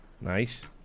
nice